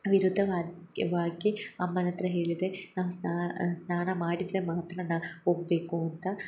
ವಿರುದ್ಧವಾಗಿ ವಾಗಿ ಅಮ್ಮನ ಹತ್ರ ಹೇಳಿದೆ ನಾನು ಸ್ನಾನ ಮಾಡಿದರೆ ಮಾತ್ರ ಹೋಗಬೇಕು ಅಂತ